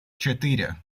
четыре